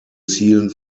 zielen